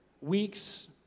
weeks